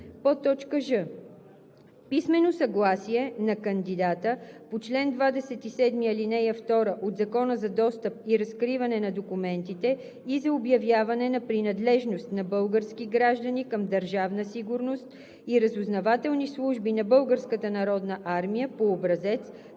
агенция; ж) писмено съгласие на кандидата по чл. 27, ал. 2 от Закона за достъп и разкриване на документите и за обявяване на принадлежност на български граждани към Държавна сигурност и разузнавателни служби на Българската